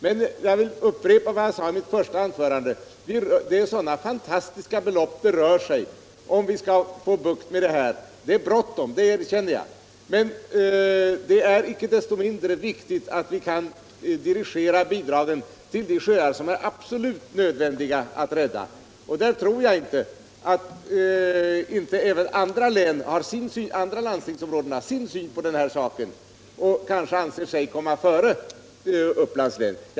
Men jag vill upprepa vad jag sade i mitt första anförande: Det rör sig om fantastiska belopp, ifall vi skall få bukt med det här. Det är bråttom — det erkänner jag - men det är icke desto mindre viktigt att vi kan dirigera bidragen till de sjöar som det är absolut nödvändigt att rädda. Då tror jag att även andra landstingsområden än det som herr Johansson i Hållsta närmast talar för har synpunkter och kanske anser att det finns landskap som bör komma före Uppland i detta sammanhang.